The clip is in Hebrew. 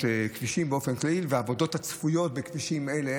כבישים באופן כללי והעבודות הצפויות בכבישים אלה,